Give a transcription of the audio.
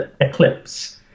Eclipse